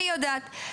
אני יודעת.